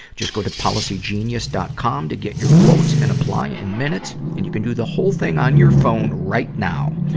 just go to policygenius. policygenius. com to get your quotes and apply in minutes. and you can do the whole thing on your phone right now.